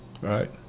Right